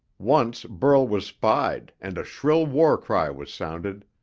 once burl was spied, and a shrill war cry was sounded,